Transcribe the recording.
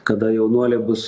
kada jaunuoliai bus